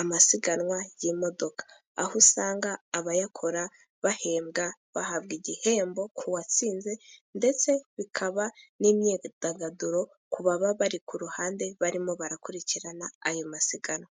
amasiganwa y'imodoka, aho usanga abayakora bahembwa bahabwa igihembo kuwatsinze, ndetse bikaba n'imyidagaduro ku baba bari ku ruhande, barimo barakurikirana ayo masiganwa.